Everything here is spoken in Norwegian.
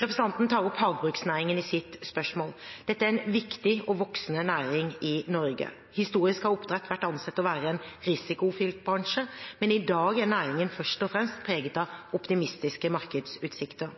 Representanten tar opp havbruksnæringen i sitt spørsmål. Dette er en viktig og voksende næring i Norge. Historisk har oppdrett vært ansett for å være en risikofylt bransje, men i dag er næringen først og fremst preget av optimistiske markedsutsikter.